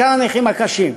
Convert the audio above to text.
בעיקר הנכים הקשים.